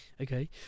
Okay